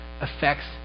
affects